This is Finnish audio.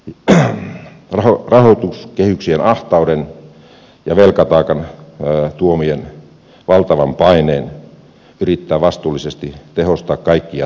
j r r r rahoituskehyksien ahtauden ja velkataakan tuoman valtavan paineen yrittää vastuullisesti tehostaa kaikkia toimia